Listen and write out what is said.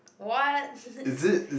what